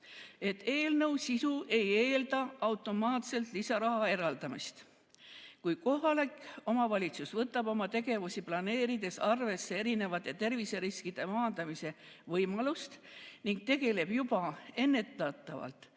et eelnõu sisu ei eelda automaatselt lisaraha eraldamist. Kui kohalik omavalitsus võtab oma tegevusi planeerides arvesse erinevate terviseriskide maandamise võimalust ning tegeleb juba ennetavalt